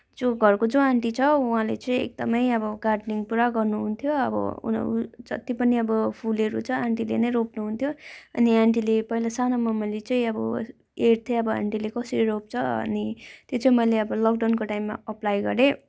जो घरको जो आन्टी छ उहाँले चाहिँ एकदमै अब गार्डनिङ पुरा गर्नुहुन्थ्यो अब उनीहरू जति पनि अब फुलहरू छ आन्टीले नै रोप्नुहुन्थ्यो अनि आन्टीले पहिला सानोमा मैले चाहिँ अब हेर्थेँ अब आन्टीले कसरी रोप्छ अनि त्यो चाहिँ मैले अब लक डाउनको टाइममा एप्पलाई गरेँ